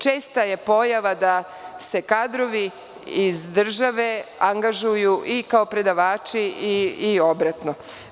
Česta je pojava da se kadrovi iz države angažuju i kao predavači i obratno.